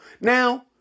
now